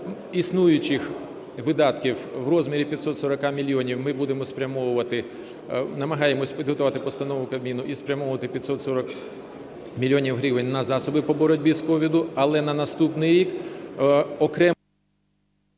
існуючих видатків у розмірі 540 мільйонів ми будемо спрямовувати, намагаємося підготувати постанову Кабміну і спрямовувати 540 мільйонів гривень на засоби по боротьбі з COVID. Але на наступний рік окремо…